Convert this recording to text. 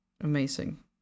Amazing